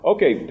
Okay